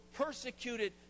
persecuted